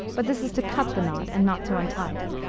but this is to cut the knot and not to untie it.